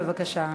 בבקשה.